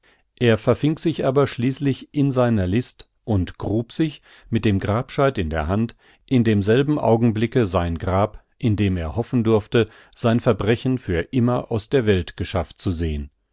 er verfing sich aber schließlich in seiner list und grub sich mit dem grabscheit in der hand in demselben augenblicke sein grab in dem er hoffen durfte sein verbrechen für immer aus der welt geschafft zu sehn